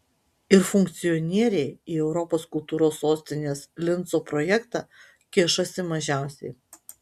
ir funkcionieriai į europos kultūros sostinės linco projektą kišasi mažiausiai